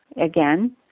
again